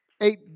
Eight